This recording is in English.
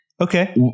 Okay